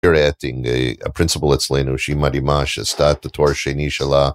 ערת שהיא פרינספל אצלנו שהיא מרימה ששתה את התואר השני שלה.